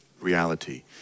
reality